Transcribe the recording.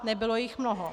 Nebylo jich mnoho.